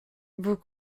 vous